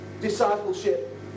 discipleship